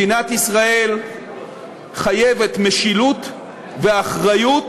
מדינת ישראל חייבת משילות ואחריות,